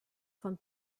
von